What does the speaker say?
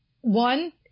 one